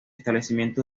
establecimiento